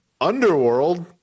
underworld